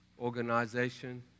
Organization